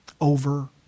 over